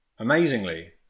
Amazingly